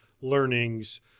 learnings